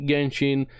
Genshin